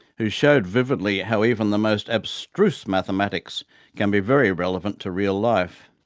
who showed vividly how even the most abstruse mathematics can be very relevant to real life.